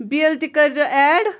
bill تہِ کٔرۍ زیٚو ایڈ